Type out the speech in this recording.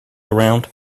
around